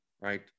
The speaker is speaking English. right